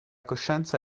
coscienza